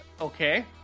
okay